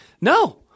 No